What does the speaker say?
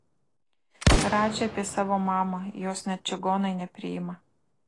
radži apie savo mamą jos net čigonai nepriima